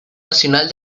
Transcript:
nacional